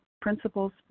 principles